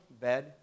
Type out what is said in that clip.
bed